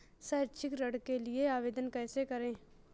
शैक्षिक ऋण के लिए आवेदन कैसे करें?